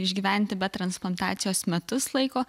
išgyventi be transplantacijos metus laiko